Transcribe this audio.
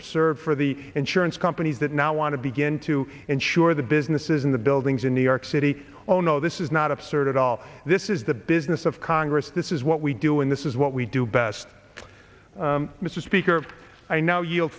absurd for the insurance companies that now want to begin to insure the businesses in the buildings in new york city oh no this is not absurd at all this is the business of congress this is what we do when this is what we do best mr speaker i now you